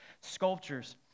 sculptures